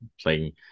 playing